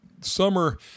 Summer